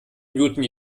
newton